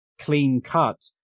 clean-cut